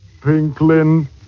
Pinklin